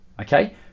okay